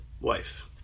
wife